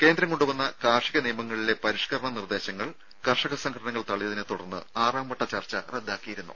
കേന്ദ്രം കൊണ്ടുവന്ന കാർഷിക നിയമങ്ങളിലെ പരിഷ്കരണ നിർദ്ദേശങ്ങൾ കർഷക സംഘടനകൾ തള്ളിയതിനെത്തുടർന്ന് ആറാംവട്ട ചർച്ച റദ്ദാക്കിയിരുന്നു